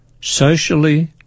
socially